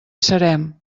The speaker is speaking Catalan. serem